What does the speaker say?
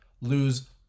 lose